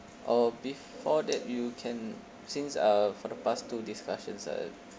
oh before that you can since uh for the past two discussions I've